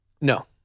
no